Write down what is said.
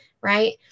Right